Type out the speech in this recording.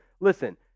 listen